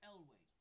Elway